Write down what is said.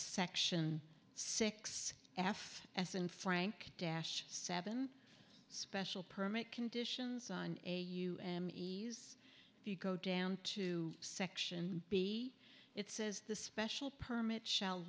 section six f s and frank dash seven special permit conditions on a u m e's if you go down to section b it says the special permit sh